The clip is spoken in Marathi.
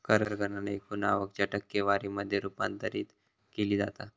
कर गणना एकूण आवक च्या टक्केवारी मध्ये रूपांतरित केली जाता